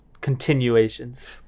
continuations